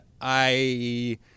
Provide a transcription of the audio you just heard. I-